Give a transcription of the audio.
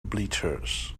bleachers